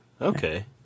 Okay